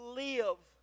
live